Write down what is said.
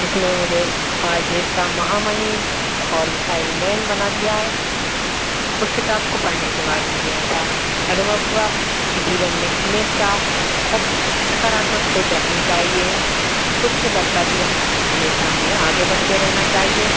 जिसने मुझे हमारे देश का महामहिम और मिसाइल मैन बना दिया है उस किताब को पढ़ने के बाद मुझे ऐसा अनुभव हुआ कि जीवन में हमेशा सकारात्मक सोच रखनी चाहिए उसके बल पर ही हम हमेशा हमें आगे बढ़ते रहना चाहिए